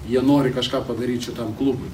jie nori kažką padaryt šitam klubui